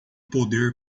poder